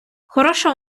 хороша